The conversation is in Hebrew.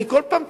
אני כל פעם,